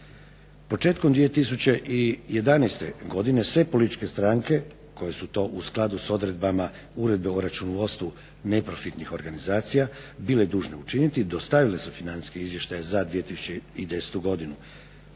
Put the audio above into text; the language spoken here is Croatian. Početkom 2011. godine sve političke stranke koji su to u skladu s odredbama uredbe o računovodstvu neprofitnih organizacija bile dužne učiniti dostavile su financijske izvještaje za 2011. godinu,